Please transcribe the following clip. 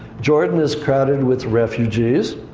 jordan is crowded with refugees.